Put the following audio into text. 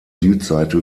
südseite